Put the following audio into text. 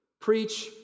Preach